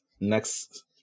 Next